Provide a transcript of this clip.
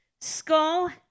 skull